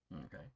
Okay